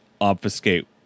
obfuscate